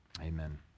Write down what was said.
Amen